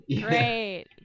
great